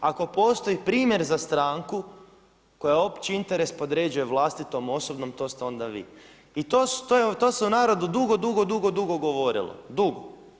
Ako postoji primjer za stranku koja opći interes podređuje vlastitom, osobnom to ste onda vi i to se u narodu dugo, dugo govorilo, dugo.